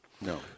No